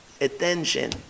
attention